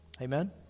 Amen